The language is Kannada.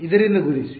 ಇದರಿಂದ ಗುಣಿಸಿ